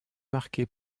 marqué